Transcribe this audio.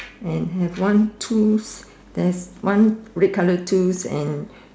and have one tools and have on red colour tool and